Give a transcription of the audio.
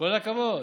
כל הכבוד.